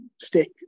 stick